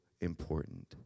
important